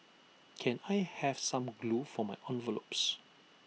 can I have some glue for my envelopes